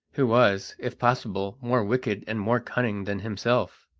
who was, if possible, more wicked and more cunning than himself.